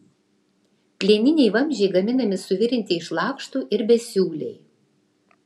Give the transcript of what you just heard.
plieniniai vamzdžiai gaminami suvirinti iš lakštų ir besiūliai